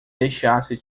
deixasse